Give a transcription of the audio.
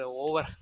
over